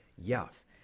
yes